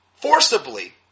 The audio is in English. forcibly